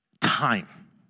time